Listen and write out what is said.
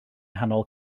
nghanol